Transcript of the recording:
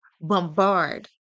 bombard